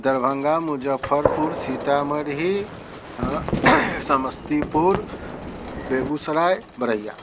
Darbhanga Muzaffarpur Sitamarhi Samastipur Begusarai Baraiya